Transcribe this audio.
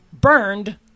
burned